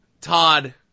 Todd